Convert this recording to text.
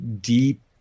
deep